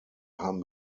haben